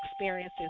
experiences